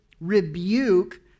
rebuke